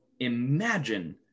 Imagine